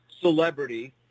celebrity